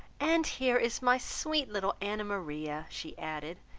and here is my sweet little annamaria, she added,